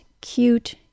cute